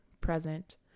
present